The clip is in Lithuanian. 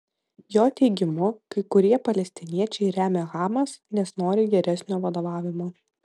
jo teigimu kai kurie palestiniečiai remia hamas nes nori geresnio vadovavimo